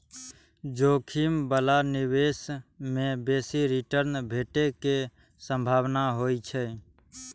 जोखिम बला निवेश मे बेसी रिटर्न भेटै के संभावना होइ छै